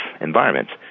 environments